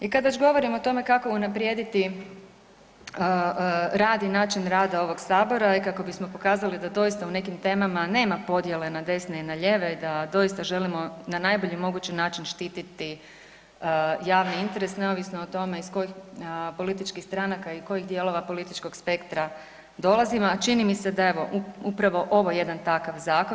I kad već govorimo o tome kako unaprijediti rad i način rada ovog Sabora kako bismo pokazali da doista u nekim temama nema podjele na desne i na lijeve i da doista želimo na najbolji mogući način štititi javni interes, neovisno o tome iz kojih političkih stanaka i kojih dijelova političkog spektra dolazimo, a čini mi se da evo, upravo ovo jedan takav zakon.